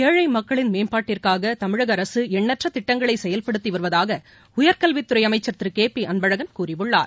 ஏழை மக்களின் மேம்பாட்டிற்காக தமிழக அரசு எண்ணற்ற திட்டங்களை செயல்படுத்தி வருவதாக உயர்கல்வித்துறை அமைச்சர் திரு கே பி அன்பழகன் கூறியுள்ளார்